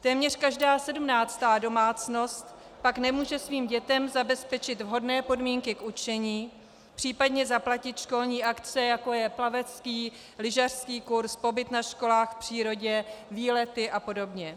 Téměř každá 17. domácnost pak nemůže svým dětem zabezpečit vhodné podmínky k učení, případně zaplatit školní akce, jako je plavecký, lyžařský kurz, pobyt na školách v přírodě, výlety apod.